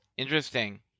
Interesting